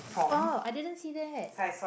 oh I didn't see that